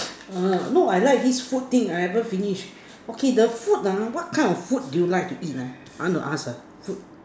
uh no I like this food thing I haven't finish okay the food ah what kind of food do you like to eat ah I want to ask ah food